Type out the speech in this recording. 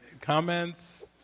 comments